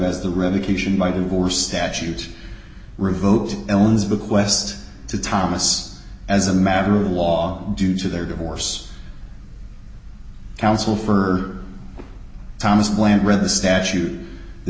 as the revocation by divorce statute revoked ellen's bequest to thomas as a matter of law due to their divorce counsel for thomas bland read the statute the